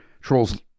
trolls